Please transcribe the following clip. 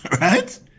right